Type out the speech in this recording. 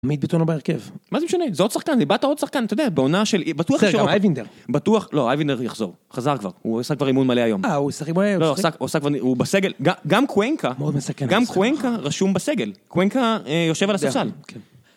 עמית ביטון הוא בהרכב. מה זה משנה? זה עוד שחקן. איבדת עוד שחקן אתה יודע בעונה של... בטוח... בסדר גם אייבינדר. לא. אייבינדר יחזור, חזר כבר, הוא עשה כבר אימון מלא היום. אהה הוא שיחק באימון? לא, הוא עשה… הוא בסגל. גם קוואנקה גם קוואנקה רשום בסגל. קוואנקה יושב על הספסל. כן.